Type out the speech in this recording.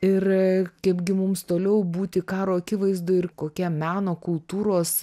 ir kaipgi mums toliau būti karo akivaizdoj ir kokie meno kultūros